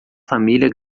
família